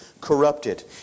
corrupted